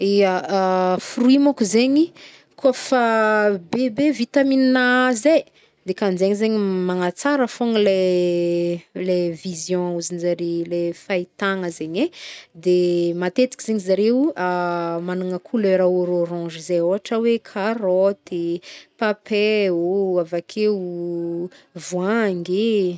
Ia! Fruit môko zegny, kô fa bebe vitamina A zey, dikan zay zegny magnatsara fôgna leh- leh- vision ozinjare leh- fahitagna zegny e. De matetiky zegny zareo magnana couleur or-orange zey. Ôhtr oe karôty, papay ô avakeo voangy.